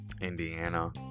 Indiana